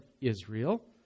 Israel